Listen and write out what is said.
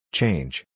Change